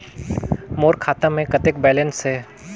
मोर खाता मे कतेक बैलेंस हे?